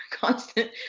constant